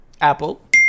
Apple